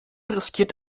riskiert